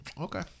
Okay